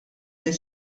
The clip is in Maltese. minn